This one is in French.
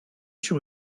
sur